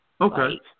Okay